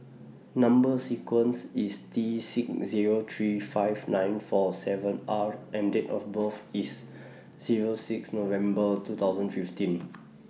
Number sequence IS T six Zero three five nine four seven R and Date of birth IS Zero six November two thousand fifteen